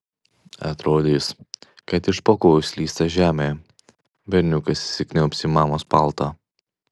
atrodys kad iš po kojų slysta žemė berniukas įsikniaubs į mamos paltą